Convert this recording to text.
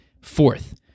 Fourth